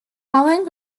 following